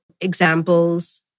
examples